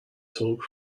talk